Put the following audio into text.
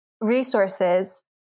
resources